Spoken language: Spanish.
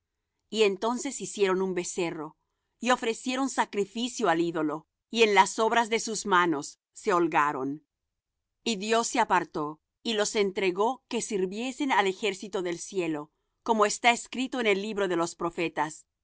y entonces hicieron un becerro y ofrecieron sacrificio al ídolo y en las obras de sus manos se holgaron y dios se apartó y los entregó que sirviesen al ejército del cielo como está escrito en el libro de los profetas